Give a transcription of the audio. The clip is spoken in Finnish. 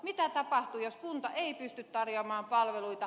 mitä tapahtuu jos kunta ei pysty tarjoamaan palveluita